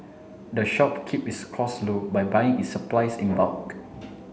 the shop keep its cost low by buying its supplies in bulk